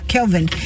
Kelvin